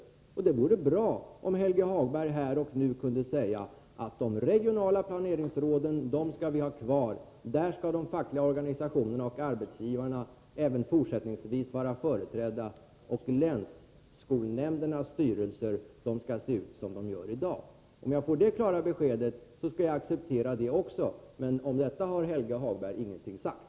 Det vore bra om Helge Hagberg här och nu kunde säga att de regionala planeringsråden skall finnas kvar och att de fackliga organisationerna och arbetsgivarna även fortsättningsvis skall vara företrädda där och att länsskolnämndernas styrelser skall se ut som de gör i dag. Om jag får ett klart besked om detta skall jag acceptera det. Men om detta har Helge Hagberg ingenting sagt.